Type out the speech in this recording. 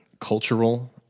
cultural